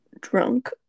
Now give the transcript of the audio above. drunk